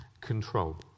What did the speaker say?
control